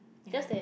just that